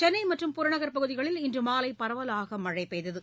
சென்னைமற்றும் புறநகர் பகுதிகளில் இன்றுமாலைபரவலாகமழைபெய்தது